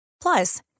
Plus